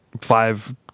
Five